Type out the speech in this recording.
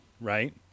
right